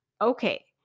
Okay